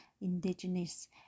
indigenous